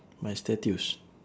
my statues